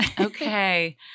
Okay